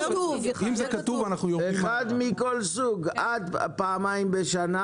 אחד מכל סוג עד פעמיים בשנה.